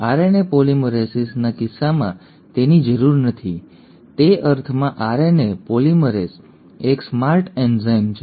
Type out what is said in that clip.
RNA પોલિમરેસિસના કિસ્સામાં તેની જરૂર નથી તે અર્થમાં આરએનએ પોલિમરેઝ એક સ્માર્ટ એન્ઝાઇમ છે